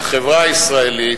את החברה הישראלית,